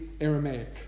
Aramaic